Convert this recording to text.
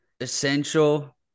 essential